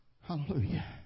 Hallelujah